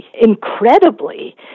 incredibly